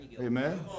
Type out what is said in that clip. Amen